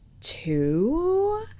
two